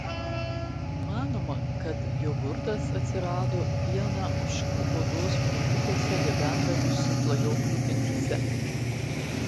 manoma kad jogurtas atsirado pieną ožkų odos burdiukuose gabendavusių klajoklių gentyse